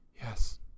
Yes